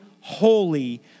holy